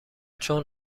چون